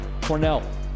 Cornell